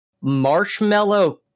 marshmallow